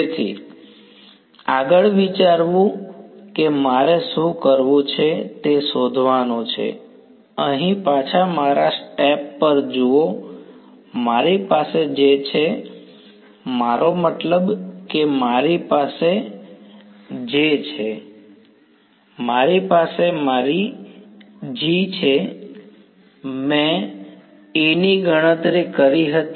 તેથી આગળ વિચારવું કે મારે શું કરવું છે તે શોધવાનું છે અહીં પાછા મારા સ્ટેપ પર જુઓ મારી પાસે જે છે મારો મતલબ કે મારી પાસે J છે મારી પાસે મારી G છે મેં A ની ગણતરી કરી હતી